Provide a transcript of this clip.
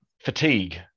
fatigue